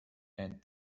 and